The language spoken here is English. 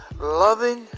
loving